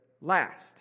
last